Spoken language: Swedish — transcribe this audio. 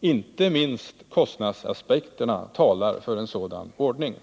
Inte minst kostnadsaspekterna talar för en sådan ordning.